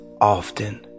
often